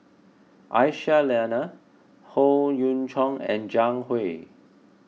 Aisyah Lyana Howe Yoon Chong and Zhang Hui